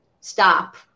stop